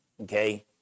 okay